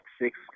six